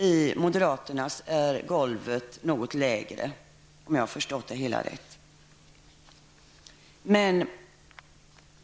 I moderaternas är golvet något lägre, om jag har förstått det hela rätt.